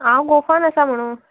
हांव गोफान आसा म्हणून